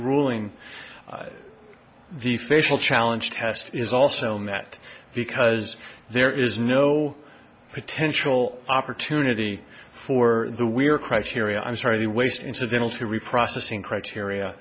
ruling the facial challenge test is also met because there is no potential opportunity for the we are criteria i'm sorry the waste incidental to reprocessing criteria